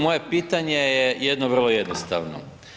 Moje pitanje je jedno vrlo jednostavno.